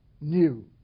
new